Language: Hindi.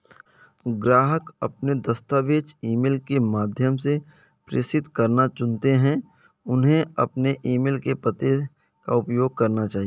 ग्राहक अपने दस्तावेज़ ईमेल के माध्यम से प्रेषित करना चुनते है, उन्हें अपने ईमेल पते का उपयोग करना चाहिए